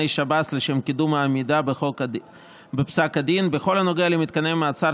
שב"ס לשם קידום העמידה בפסק הדין בכל הנוגע למתקני המעצר